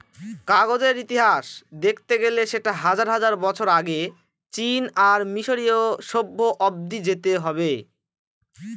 কাগজের ইতিহাস দেখতে গেলে সেটা হাজার হাজার বছর আগে চীন আর মিসরীয় সভ্য অব্দি যেতে হবে